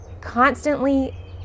constantly